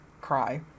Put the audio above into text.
cry